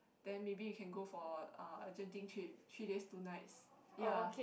then maybe we can go for uh a Genting trip three days two nights ya